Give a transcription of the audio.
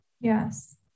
Yes